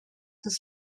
das